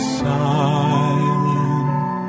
silent